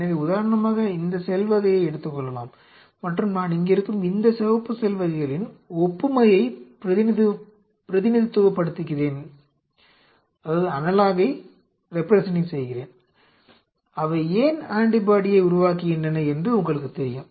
எனவே உதாரணமாக இந்த செல் வகையை எடுத்துக் கொள்ளலாம் மற்றும் நான் இங்கிருக்கும் இந்த சிவப்பு செல் வகைகளின் ஒப்புமையை பிரதிநிதித்துவப்படுத்துகிறேன் அவை ஏன் ஆன்டிபாடியை உருவாக்குகின்றன என்று உங்களுக்குத் தெரியும்